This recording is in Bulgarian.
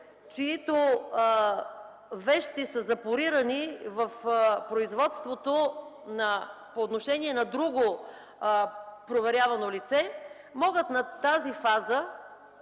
чиито вещи са запорирани в производството по отношение на друго проверявано лице, могат на тази фаза